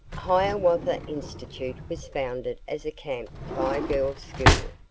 hiawatha institute was founded as a camp fire girls' school,